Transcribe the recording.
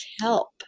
help